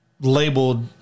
labeled